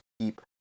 keep